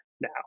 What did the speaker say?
now